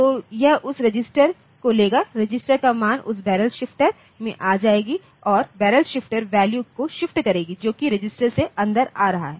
तो यह उस रजिस्टरको लेगा रजिस्टर का मान उस बैरल शिफ्टर में आ जाएगी और बैरल शिफ्टर वैल्यू को शिफ्ट करेगी जोकि रजिस्टर से अंदर आ रहा है